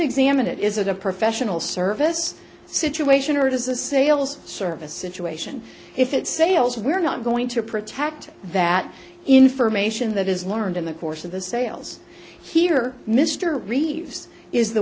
examine it is it a professional service situation or it is a sales service situation if it's sales we're not going to protect that information that is learned in the course of the sales here mr reeves is the